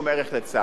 לצערי.